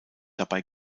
dabei